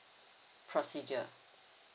procedure